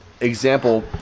example